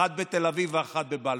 אחת בתל אביב ואחת בבלפור.